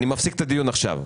אני מפסיק את הדיון עכשיו.